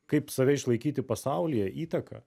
kaip save išlaikyti pasaulyje įtaką